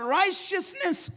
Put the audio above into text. righteousness